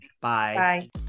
Bye